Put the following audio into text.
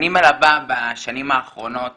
אני מלווה בשנים האחרונות